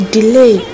Delay